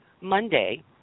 Monday